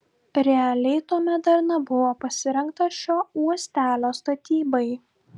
realiai tuomet dar nebuvo pasirengta šio uostelio statybai